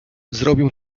zrobię